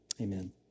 amen